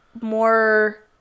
more